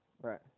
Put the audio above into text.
Right